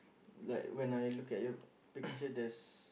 like when I look at your picture there's